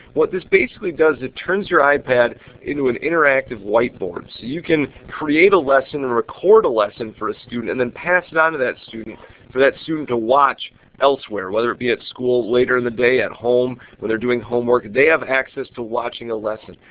what this basically does is it turns your ipad into and interactive whiteboard. so you can create a lesson, record a lesson for a student, and then pass it on to that student for that student to watch elsewhere, whether it be at school, later in the day at home when they are doing homework. they have access to watching a lesson.